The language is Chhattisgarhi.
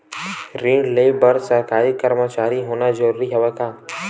ऋण ले बर सरकारी कर्मचारी होना जरूरी हवय का?